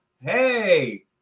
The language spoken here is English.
hey